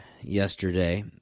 yesterday